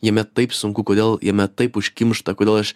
jame taip sunku kodėl jame taip užkimšta kodėl aš